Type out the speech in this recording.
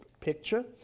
picture